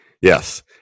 yes